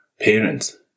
parents